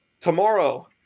Tomorrow –